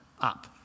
up